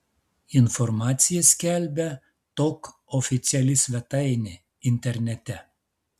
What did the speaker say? informaciją skelbia tok oficiali svetainė internete